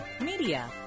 media